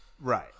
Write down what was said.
Right